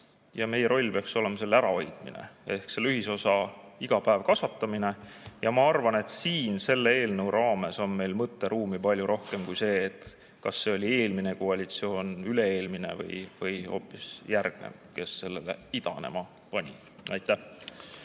ja meie roll peaks olema selle ärahoidmine ehk ühisosa iga päev kasvatamine. Ja ma arvan, et selle eelnõu [menetlemisel] on meil mõtteruumi palju rohkem kui see, kas see oli eelmine koalitsioon, üle-eelmine või hoopis [praegune], kes selle idanema pani. Aitäh!